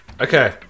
Okay